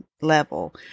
level